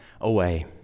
away